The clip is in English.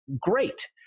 great